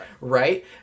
Right